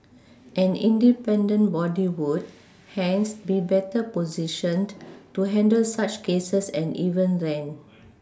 an independent body would hence be better positioned to handle such cases and even then